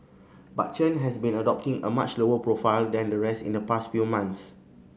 but Chen has been adopting a much lower profile than the rest in the past few months